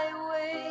away